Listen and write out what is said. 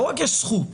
לא רק יש זכות,